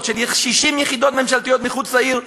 של כ-60 יחידות ממשלתיות מחוץ לעיר,